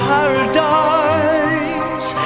Paradise